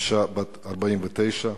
אשה בת 49 נהרגה.